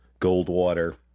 Goldwater